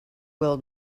will